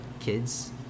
kids